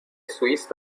سوئیس